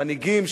המנהיגים,